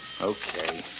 Okay